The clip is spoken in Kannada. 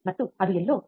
ಮತ್ತು ಅದು ಎಲ್ಲೋ 0